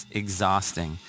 exhausting